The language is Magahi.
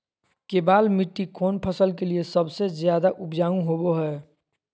केबाल मिट्टी कौन फसल के लिए सबसे ज्यादा उपजाऊ होबो हय?